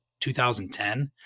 2010